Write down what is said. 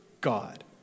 God